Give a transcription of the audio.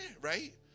right